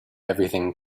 everything